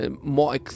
More